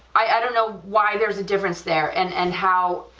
i don't know why there's a difference there and and how